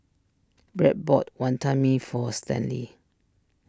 Brad bought Wantan Mee for Stanley